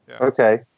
Okay